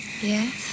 yes